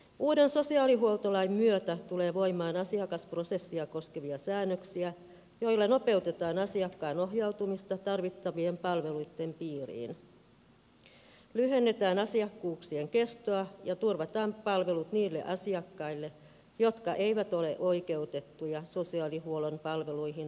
uuden sosiaalihuoltolain myötä tulee voimaan asiakasprosessia koskevia säännöksiä joilla nopeutetaan asiakkaan ohjautumista tarvittavien palveluluitten piiriin lyhennetään asiakkuuksien kestoa ja turvataan palvelut niille asiakkaille jotka eivät ole oikeutettuja sosiaalihuollon palveluihin erityislainsäädännön perusteella